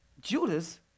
Judas